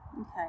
Okay